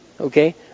Okay